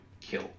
kill